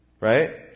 Right